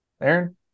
Aaron